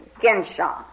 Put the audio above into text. Genshaw